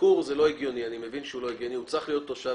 ביקור זה לא הגיוני, הוא צריך להיות תושב